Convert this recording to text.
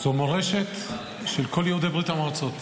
זו מורשת של כל יהודי ברית המועצות.